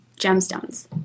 gemstones